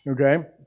okay